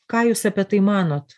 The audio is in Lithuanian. ką jūs apie tai manot